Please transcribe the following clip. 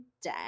day